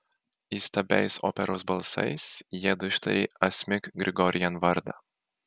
įstabiais operos balsais jiedu ištarė asmik grigorian vardą